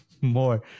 more